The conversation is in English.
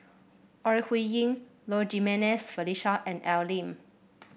Ore Huiying Low Jimenez Felicia and Al Lim